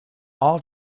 all